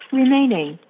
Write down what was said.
remaining